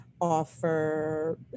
offer